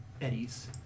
eddies